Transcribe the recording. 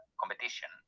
competition